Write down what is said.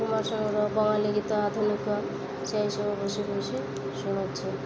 କୁମାର ସାନୁର ବଙ୍ଗାଲୀ ଗୀତ ଆଧୁନିକ ସେହି ସବୁ ବସିି ବସିି ଶୁଣୁଛି